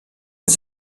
aux